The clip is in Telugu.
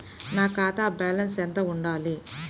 నా ఖాతా బ్యాలెన్స్ ఎంత ఉండాలి?